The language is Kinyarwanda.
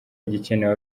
igikenewe